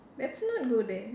let's not go there